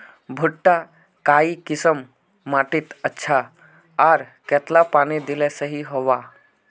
भुट्टा काई किसम माटित अच्छा, आर कतेला पानी दिले सही होवा?